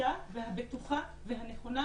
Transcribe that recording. היחידה והבטוחה והנכונה